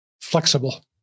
flexible